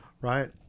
Right